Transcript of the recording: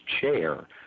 chair